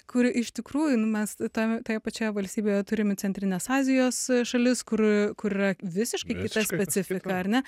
kur iš tikrųjų nu mes tam toje pačioje valstybėje turim i centrinės azijos šalis kur kur yra visiškai kita specifika ar ne